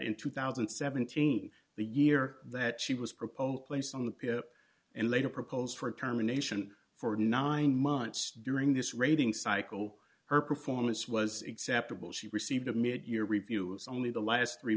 in two thousand and seventeen the year that she was proposed placed on the pip and later proposed for a term a nation for nine months during this rating cycle her performance was example she received a mid year review it's only the last three